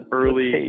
early